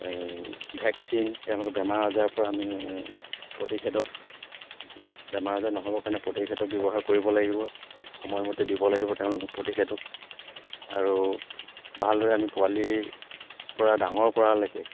vaccine তেওঁলোকে বেমাৰ আজাৰৰ পৰা আমি প্ৰতিষেধক বেমাৰ আজাৰ নহ'বৰ কাৰণে প্ৰতিষেধক ব্যৱহাৰ কৰিব লাগিব সময়মতে দিব লাগিব তেওঁলোকক প্ৰতিষেধক আৰু ভালদৰে আমি পোৱালিৰ পৰা ডাঙৰ কৰালেকে